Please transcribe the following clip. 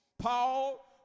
Paul